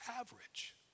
average